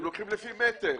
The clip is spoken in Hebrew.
הם לוקחים לפי מטר.